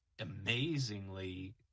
amazingly